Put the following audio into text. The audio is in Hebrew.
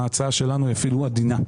ההצעה שלנו היא אפילו עדינה.